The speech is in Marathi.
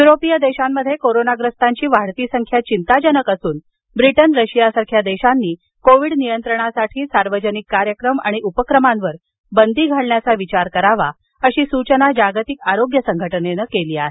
युरोपीय देशांमध्ये कोरोनाग्रस्तांची वाढती संख्या चिंताजनक असून ब्रिटन रशियासारख्या देशांनी कोविड नियंत्रणासाठी सार्वजनिक कार्यक्रम आणि उपक्रमांवर बंदी घालण्याचा विचार करावा अशी सूचना जागतिक आरोग्य संघटनेनं केली आहे